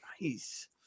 Nice